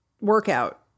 workout